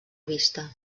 vista